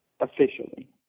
officially